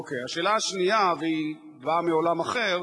אוקיי, השאלה השנייה, והיא באה מעולם אחר: